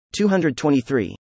223